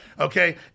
Okay